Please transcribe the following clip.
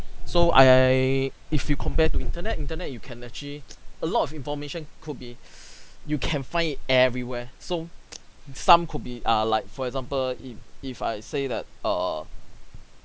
so I I if you compare to internet internet you can actually a lot of information could be you can find it everywhere so some could be err like for example if if I say that err